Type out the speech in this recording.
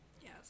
yes